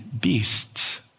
beasts